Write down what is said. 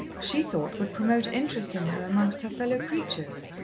she thought would promote interest in her amongst her fellow-creatures,